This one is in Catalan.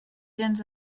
gens